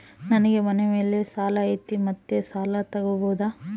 ನನಗೆ ಮನೆ ಮೇಲೆ ಸಾಲ ಐತಿ ಮತ್ತೆ ಸಾಲ ತಗಬೋದ?